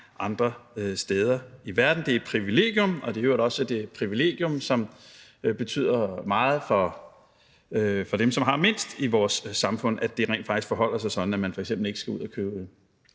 andre steder i verden – det er et privilegium, og det er i øvrigt også et privilegium, som betyder meget for dem, som har mindst i vores samfund, at det rent faktisk forholder sig sådan, at man f.eks. ikke skal ud at købe